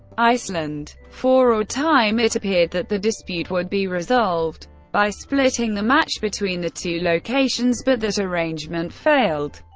iceland. for a time it appeared that the dispute would be resolved by splitting the match between the two locations, but that arrangement failed.